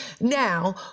Now